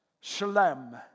Shalem